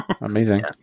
Amazing